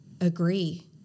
agree